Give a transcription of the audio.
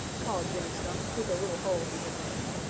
called jimmy skunk through the little hole he had made.